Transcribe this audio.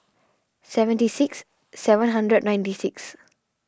seventy six seven hundred and ninety six